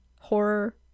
horror